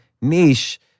niche